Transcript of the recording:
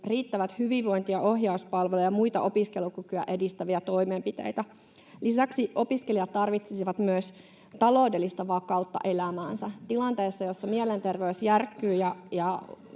riittävät hyvinvointi- ja ohjauspalvelut ja muita opiskelukykyä edistäviä toimenpiteitä. Lisäksi opiskelijat tarvitsisivat myös taloudellista vakautta elämäänsä. Tilanteessa, jossa mielenterveys järkkyy ja